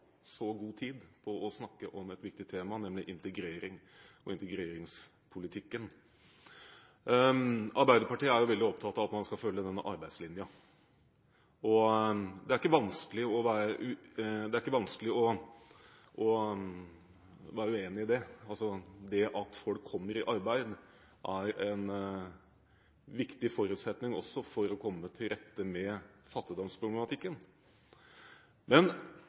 så god tid på å snakke om et viktig tema, nemlig integrering og integreringspolitikken. Arbeiderpartiet er veldig opptatt av at man skal følge arbeidslinjen, og det er ikke vanskelig å være enig i det. Det at folk kommer i arbeid, er også en viktig forutsetning for å komme til rette med fattigdomsproblematikken. Men